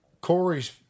Corey's